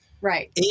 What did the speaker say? Right